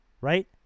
Right